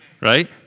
Right